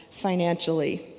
financially